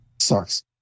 Sucks